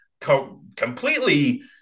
completely